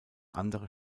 andere